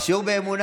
זה שיעור באמונה.